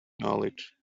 knowledge